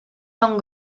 són